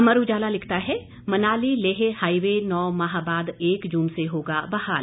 अमर उजाला लिखता है मनाली लेह हाईवे नौ माह बाद एक जून से होगा बहाल